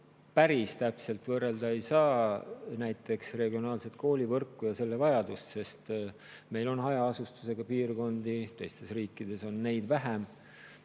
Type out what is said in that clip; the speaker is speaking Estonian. päris täpselt ei saa võrrelda näiteks regionaalset koolivõrku ja selle vajadust, sest meil on hajaasustusega piirkondi, teistes riikides on neid vähem.